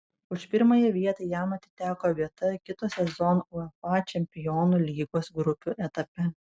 už pirmąją vietą jam atiteko vieta kito sezono uefa čempionų lygos grupių etape